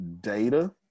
data